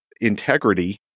integrity